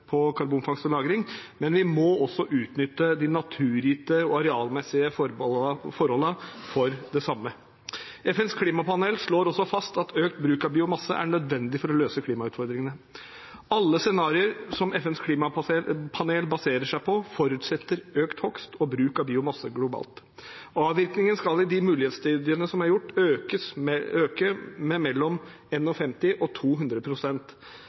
på karbonfangst og -lagring, men vi må også utnytte de naturgitte og arealmessige forholdene til det samme. FNs klimapanel slår også fast at økt bruk av biomasse er nødvendig for å løse klimautfordringene. Alle scenarioer som FNs klimapanel baserer seg på, forutsetter økt hogst og bruk av biomasse globalt. Avvirkningen skal i de mulighetsstudiene som er gjort, øke med mellom 51 og